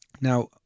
Now